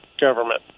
government